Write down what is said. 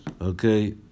Okay